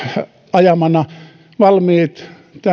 ajamana valmiit